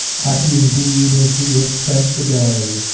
happy, indeed, as we have spent the day.